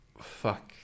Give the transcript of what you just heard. fuck